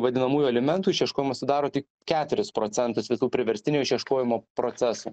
vadinamųjų alimentų išieškojimas sudaro tik keturis procentus visų priverstinio išieškojimo procesų